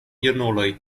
junuloj